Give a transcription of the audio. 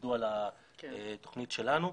עבדו על התוכנית שלנו,